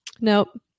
nope